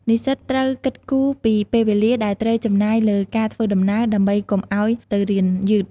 និស្សិតត្រូវគិតគូរពីពេលវេលាដែលត្រូវចំណាយលើការធ្វើដំណើរ ដើម្បីកុំឱ្យទៅរៀនយឺត។